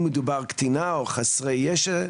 אם מדובר בקטינים או חסרי ישע,